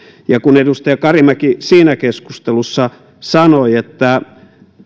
kun edustaja karimäki siinä keskustelussa sanoi että